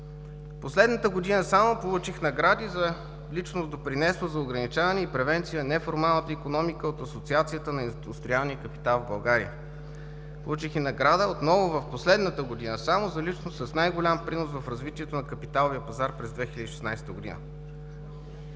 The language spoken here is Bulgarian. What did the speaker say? последната година получих награди за личност, допринесла за ограничаване и превенция на неформалната икономика от Асоциацията на индустриалния капитал в България. Получих и награда отново – само в последната година – за личност с най-голям принос в развитието на капиталовия пазар през 2016 г.